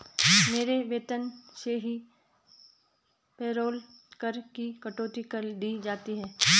मेरे वेतन से ही पेरोल कर की कटौती कर दी जाती है